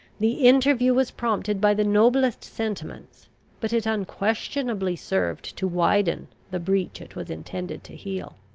the interview was prompted by the noblest sentiments but it unquestionably served to widen the breach it was intended to heal.